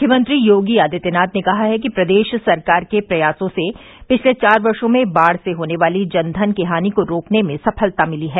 मुख्यमंत्री योगी आदित्यनाथ ने कहा है कि प्रदेश सरकार के प्रयासों से पिछले चार वर्षो में बाढ़ से होने वाली जन धन हानि को रोकने में सफलता मिली है